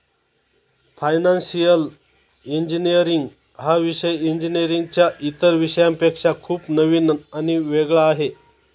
financial engineering हा विषय इंजिनीअरिंगच्या इतर विषयांपेक्षा खूप नवीन आणि वेगळा आहे